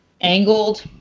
angled